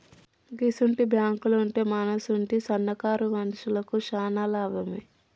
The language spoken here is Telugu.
గిసుంటి బాంకులుంటే మనసుంటి సన్నకారు మనుషులకు శాన లాభమే